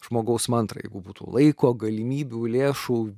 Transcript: žmogaus mantrą jeigu būtų laiko galimybių lėšų